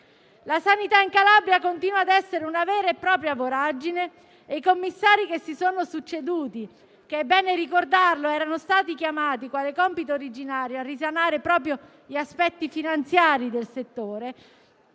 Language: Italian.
La sanità in Calabria continua a essere una vera e propria voragine e i commissari che si sono succeduti, i quali - è bene ricordarlo - erano stati chiamati quale compito originario a risanare proprio gli aspetti finanziari del settore,